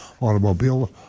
automobile